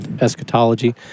eschatology